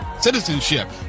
citizenship